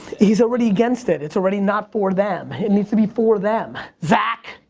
he's already against it. it's already not for them. it needs to be for them. zak.